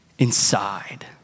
inside